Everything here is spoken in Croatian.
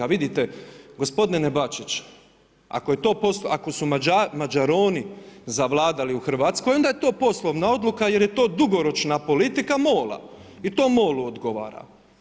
Vidite gospodine Bačić, ako su Mađaroni zavladali u Hrvatskoj onda je to poslovna odluka, jer je to dugoročna politika MOL-a i to Mol-u odgovara.